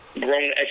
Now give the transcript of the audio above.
grown